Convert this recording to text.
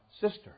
sister